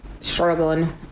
struggling